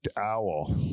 owl